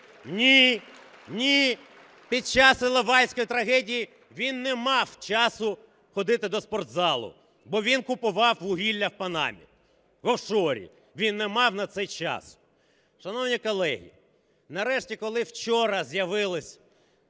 Ні! Під час Іловайської трагедії він не мав часу ходити до спортзали, бо він купував вугілля в Панамі, в офшорі, він не мав на це часу. Шановні колеги, нарешті, коли вчора з'явився